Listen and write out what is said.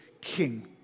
king